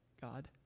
God